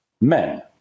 men